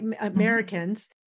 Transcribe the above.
Americans